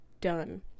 done